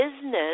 business